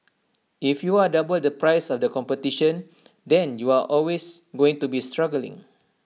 if you are double the price of the competition then you are always going to be struggling